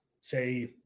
say